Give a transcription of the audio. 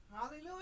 Hallelujah